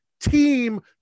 team